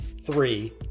three